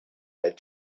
that